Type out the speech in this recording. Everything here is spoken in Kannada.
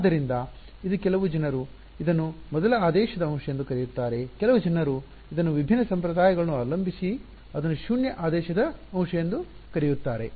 ಆದ್ದರಿಂದ ಇದು ಕೆಲವು ಜನರು ಇದನ್ನು ಮೊದಲ ಆದೇಶದ ಅಂಶ ಎಂದು ಕರೆಯುತ್ತಾರೆ ಕೆಲವರು ಇದನ್ನು ವಿಭಿನ್ನ ಸಂಪ್ರದಾಯಗಳನ್ನು ಅವಲಂಬಿಸಿ ಅದನ್ನು ಶೂನ್ಯ ಆದೇಶದ ಅಂಶ ಎಂದು ಕರೆಯುತ್ತಾರೆ